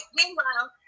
meanwhile